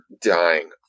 dying